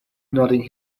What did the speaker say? nodding